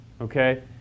okay